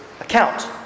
account